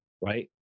right